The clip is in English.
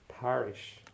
parish